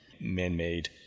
man-made